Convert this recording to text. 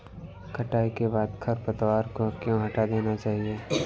कटाई के बाद खरपतवार को क्यो हटा देना चाहिए?